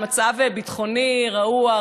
על מצב ביטחוני רעוע,